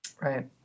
Right